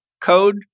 code